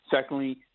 secondly